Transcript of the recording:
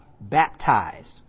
Baptized